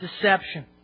deception